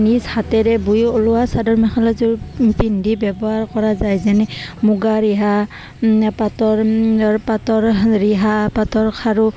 নিজ হাতেৰে বৈ ওলোৱা চাদৰ মেখেলাযোৰ পিন্ধি ব্যৱহাৰ কৰা যায় যেনে মুগা ৰিহা পাটৰ পাটৰ ৰিহা পাটৰ খাৰু